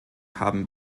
haben